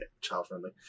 child-friendly